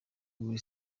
will